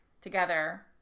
together